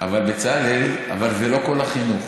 אבל בצלאל, זה לא כל החינוך.